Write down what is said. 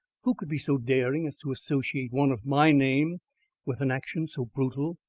who could be so daring as to associate one of my name with an action so brutal?